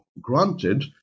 granted